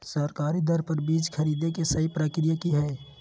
सरकारी दर पर बीज खरीदें के सही प्रक्रिया की हय?